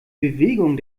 bewegung